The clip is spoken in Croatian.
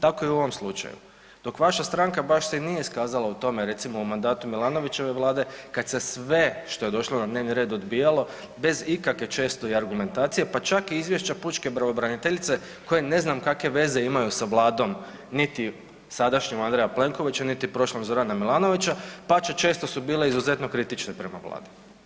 Tako i u ovom slučaju, dok vaša stranka baš se i nije iskazala u tome, recimo u mandatu Milanovićeve Vlade kad se sve što je došlo na dnevni red odbijalo bez ikakve često i argumentacije, pa čak i izvješća pučke pravobraniteljice koje ne znam kakve veze imaju sa Vladom niti sadašnjom Andreja Plenkovića, niti prošlom Zoranom Milanovića, pače često su bile izuzetno kritične prema Vladi.